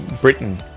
Britain